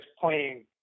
playing